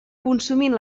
consumint